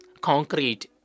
concrete